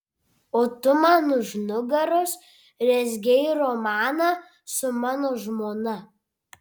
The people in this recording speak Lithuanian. o tu man už nugaros rezgei romaną su mano žmona